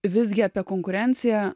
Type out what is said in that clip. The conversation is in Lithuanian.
visgi apie konkurenciją